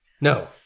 No